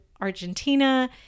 Argentina